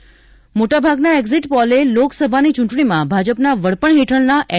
exit poll મોટાભાગના exit પોલે લોકસભાની ચૂંટણીમાં ભાજપના વડપણ હેઠળના એન